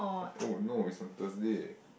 oh not is on Thursday